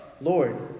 Lord